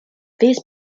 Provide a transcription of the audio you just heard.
these